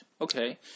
Okay